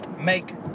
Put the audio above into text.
make